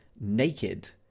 naked